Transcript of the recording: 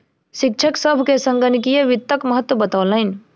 शिक्षक सभ के संगणकीय वित्तक महत्त्व बतौलैन